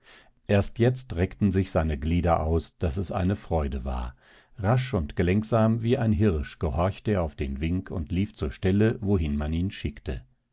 erst jetzt reckten sich seine glieder aus daß es eine freude war rasch und gelenksam wie ein hirsch gehorchte er auf den wink und lief zur stelle wohin man ihn schickte